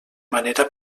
manera